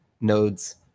nodes